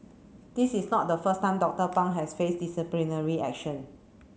this is not the first time Doctor Pang has face disciplinary action